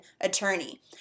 attorney